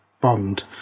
Bond